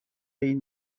این